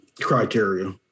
criteria